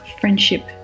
friendship